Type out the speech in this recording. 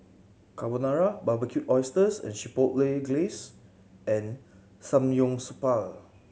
Carbonara Barbecued Oysters with Chipotle Glaze and Samgyeopsal